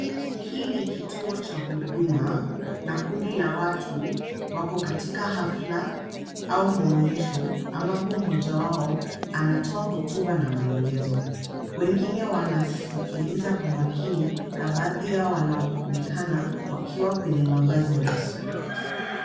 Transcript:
Hii ni kituo cha huduma na kundi la watu wako katika hafla au maonyesho, ambapo mmoja wao anatoa hotuba na maelezo. Wengine wanasikiliza kwa makini na baadhi yao wanaonekana wakiwa kwenye mavazi rasmi.